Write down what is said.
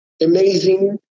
amazing